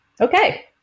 okay